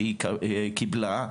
שהיא קיבלה אותה,